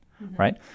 right